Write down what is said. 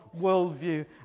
worldview